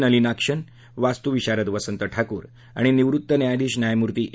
नलिनाक्षन वास्तुविशारद वसंत ठाकूर आणि निवृत्त न्यायाधीश न्यायमूर्ती ए